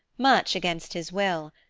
much against his will,